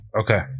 Okay